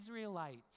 Israelites